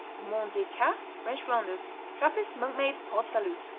mont-des-cats french flanders trappist monk-made port-salut.